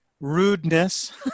rudeness